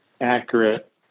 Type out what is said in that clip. accurate